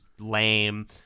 lame